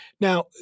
Now